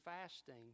fasting